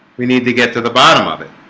we need to get to the bottom of it